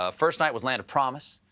ah first night was land of promise.